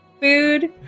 food